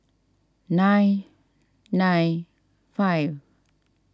nine nine five